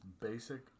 Basic